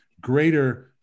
greater